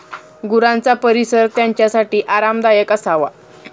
गुरांचा परिसर त्यांच्यासाठी आरामदायक असावा